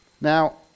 Now